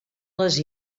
les